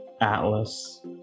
Atlas